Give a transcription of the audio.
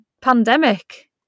pandemic